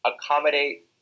accommodate